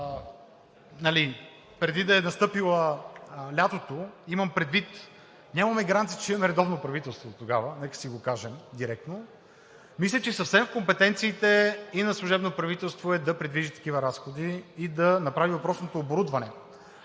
преди да е настъпило лятото. Имам предвид, че няма гаранция, че ще имаме редовно правителство дотогава, нека да си го кажем директно. Мисля, че е съвсем в компетенциите на служебното правителство да предвижда такива разходи и да направи въпросното оборудване.